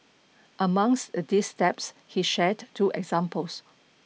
amongst these steps he shared two examples